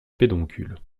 pédoncules